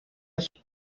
aceptan